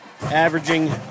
averaging